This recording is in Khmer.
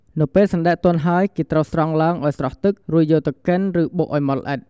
នៅពេលសណ្ដែកទុនហើយ គេត្រូវស្រង់ឡើងឲ្យស្រស់ទឹក រួចយកទៅកិន ឬបុកឲ្យម៉ដ្ឋល្អិត។